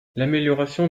l’amélioration